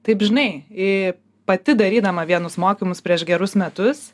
taip žinai pati darydama vienus mokymus prieš gerus metus